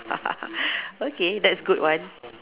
okay that's a good one